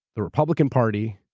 the republican party,